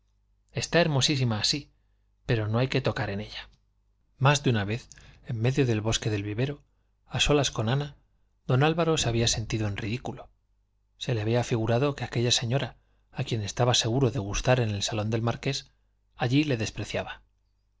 está hermosísima así pero no hay que tocar en ella más de una vez en medio del bosque del vivero a solas con ana don álvaro se había sentido en ridículo se le había figurado que aquella señora a quien estaba seguro de gustar en el salón del marqués allí le despreciaba